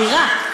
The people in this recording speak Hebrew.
הבירה.